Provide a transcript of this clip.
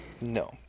No